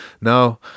No